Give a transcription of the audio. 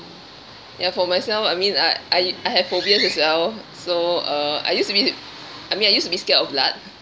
ya for myself I mean I I I have phobias as well so uh I used to be s~ I mean I used to be scared of blood